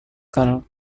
called